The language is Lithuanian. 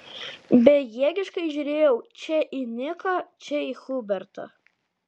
bejėgiškai žiūrėjau čia į niką čia į hubertą